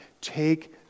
Take